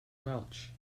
welch